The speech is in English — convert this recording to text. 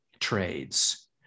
trades